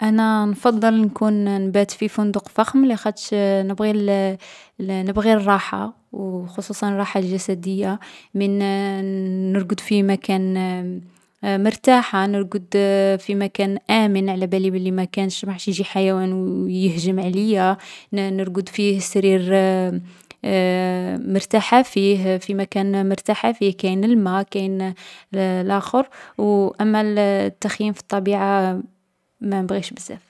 ﻿ أنا نفضّل كون نبات في فندق فخم لاخاطش نبغي الراحة و خصوصا الراحة الجسدية. من ن-نرقد في مكان مرتاحة، نرقد في مكان آمن علابالي بلي ماكانش باش يجي حيوان يهجم عليا. ن-نرقد في سرير مرتاحة فيه، في مكان مرتاحة فيه، كاين الما، كاين لاخور. أما ال-التخييم في الطبيعة، ما ما نبغيهش بزاف.